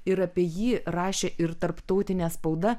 ir apie jį rašė ir tarptautinė spauda